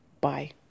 Bye